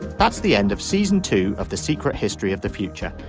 that's the end of season two of the secret history of the future.